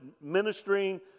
ministering